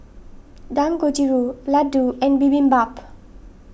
Dangojiru Ladoo and Bibimbap